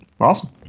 awesome